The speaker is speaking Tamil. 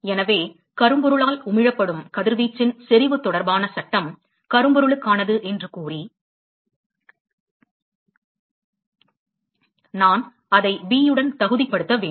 எனவே கரும்பொருளால் உமிழப்படும் கதிர்வீச்சின் செறிவு தொடர்பான சட்டம் கரும்பொருளுக்கானது என்று கூறி நான் அதை b உடன் தகுதிப்படுத்த வேண்டும்